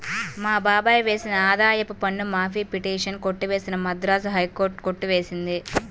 మా బాబాయ్ వేసిన ఆదాయపు పన్ను మాఫీ పిటిషన్ కొట్టివేసిన మద్రాస్ హైకోర్టు కొట్టి వేసింది